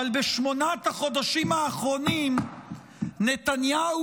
אבל בשמונת החודשים האחרונים נתניהו